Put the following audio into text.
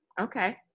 Okay